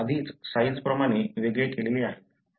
हे आधीच साईझप्रमाणे वेगळे केलेले आहेत